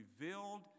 revealed